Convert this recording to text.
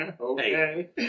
Okay